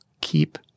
keep